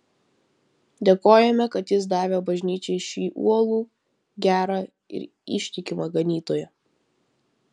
dėkojame kad jis davė bažnyčiai šį uolų gerą ir ištikimą ganytoją